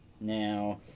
Now